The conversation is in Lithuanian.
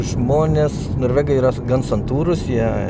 žmonės norvegai yra gan santūrūs jie